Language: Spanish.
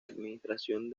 administración